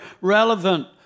relevant